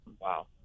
Wow